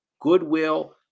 goodwill